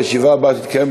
הישיבה הבאה תתקיים,